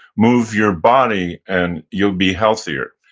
move your body, and you'll be healthier.